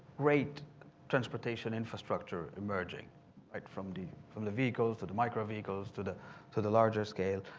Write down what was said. great transportation infrastructure emerging right from the from the vehicles to the micro vehicles, to the to the larger scale.